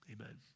Amen